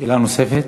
שאלה נוספת.